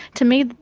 to me,